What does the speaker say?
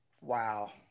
Wow